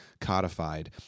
codified